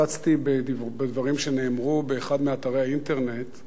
הצצתי בדברים שנאמרו באחד מאתרי האינטרנט,